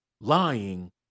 Lying